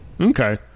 Okay